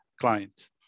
clients